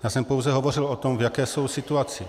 Já jsem pouze hovořil o tom, v jaké jsou situaci.